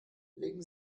legen